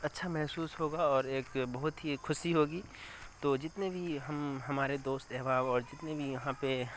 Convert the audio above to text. اچھا محسوس ہوگا اور ایک بہت ہی خوشی ہوگی تو جتنے بھی ہم ہمارے دوست احباب اور جتنے بھی یہاں پہ